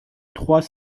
trois